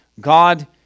God